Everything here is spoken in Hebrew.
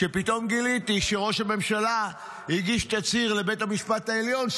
שפתאום גיליתי שראש הממשלה הגיש תצהיר לבית המשפט העליון,